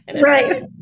Right